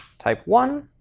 type one,